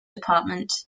department